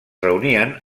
reunien